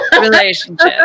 relationship